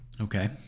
Okay